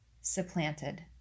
supplanted